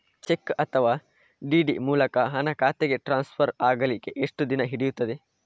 Check ಅಥವಾ DD ಮೂಲಕ ಹಣ ಖಾತೆಗೆ ಟ್ರಾನ್ಸ್ಫರ್ ಆಗಲಿಕ್ಕೆ ಎಷ್ಟು ದಿನ ಹಿಡಿಯುತ್ತದೆ?